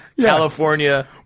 California